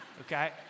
Okay